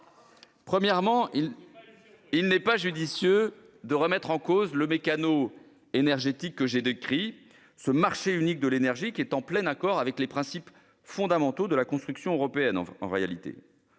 surprise ! Il n'est pas judicieux de remettre en cause le mécano énergétique que j'ai décrit. Ce marché unique de l'énergie est en plein accord avec les principes fondamentaux de la construction européenne. On peut